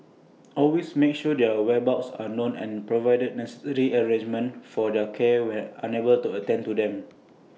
always make sure their whereabouts are known and provide necessary arrangements for their care when unable to attend to them